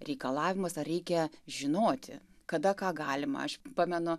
reikalavimus ar reikia žinoti kada ką galima aš pamenu